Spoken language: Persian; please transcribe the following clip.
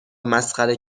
مسخره